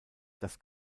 das